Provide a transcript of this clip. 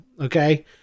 okay